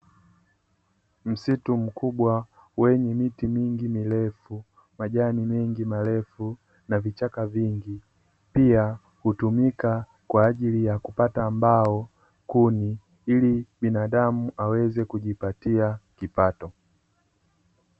Msitu mkubwa wenye miti mingi mirefu, majani mengi marefu na vichaka vingi; pia hutumika kwa ajili ya kupata mbao, kuni ili binadamu aweze kujipatia kipato.